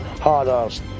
hard-ass